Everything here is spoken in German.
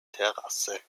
terrasse